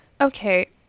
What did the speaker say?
Okay